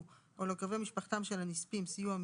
או לקרובי משפחתם של הנספים סיוע מיידי,